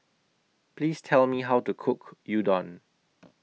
Please Tell Me How to Cook Udon